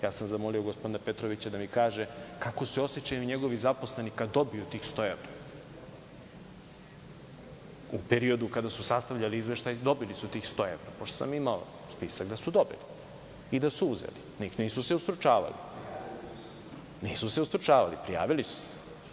Ja sam zamolio gospodina Petrovića da mi kaže kako se osećaju njegovi zaposleni kada dobiju tih 100 evra u periodu kada su sastavljali izveštaj, dobili su tih 100 evra, pošto sam imao spisak da su dobili i da su uzeli, nisu se ustručavali, prijavili su se?